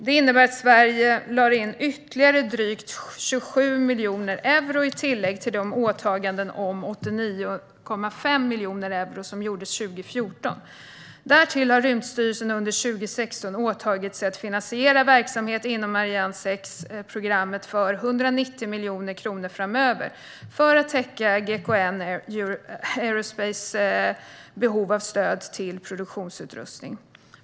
Det innebär att Sverige lade in ytterligare drygt 27 miljoner euro i tillägg till de åtaganden om 89,5 miljoner euro som gjordes 2014. Därtill har Rymdstyrelsen under 2016 åtagit sig att finansiera verksamhet inom Ariane 6-programmet för 190 miljoner kronor framöver för att täcka GKN Aerospaces behov av stöd till produktionsutrustning.